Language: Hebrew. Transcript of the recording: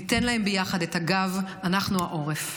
ניתן להם ביחד את הגב, אנחנו העורף.